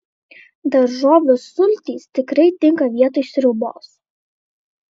daržovių sultys tikrai tinka vietoj sriubos